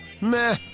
Meh